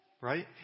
Right